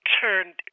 turned